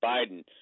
Biden